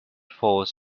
fouls